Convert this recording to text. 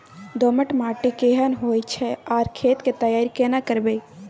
दोमट माटी केहन होय छै आर खेत के तैयारी केना करबै?